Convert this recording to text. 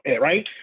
right